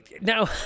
Now